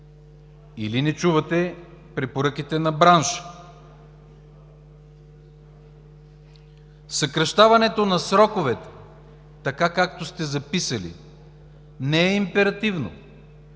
или не чувате препоръките на бранша? Съкращаването на сроковете така, както сте записали, не е императивно.